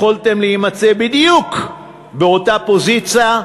יכולתם להימצא בדיוק באותה פוזיציה,